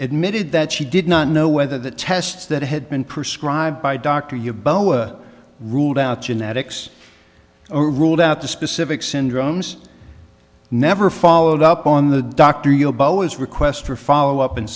admitted that she did not know whether the tests that had been prescribed by dr you boa ruled out genetics or ruled out the specific syndromes never followed up on the doctor yobo is request for follow up in